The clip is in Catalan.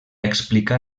explicar